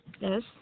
yes